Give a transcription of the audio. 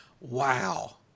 Wow